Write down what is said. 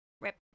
Rip